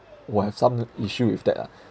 will have some issue with that ah